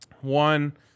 One